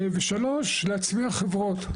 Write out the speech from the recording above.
ושלוש, להצמיח חברות,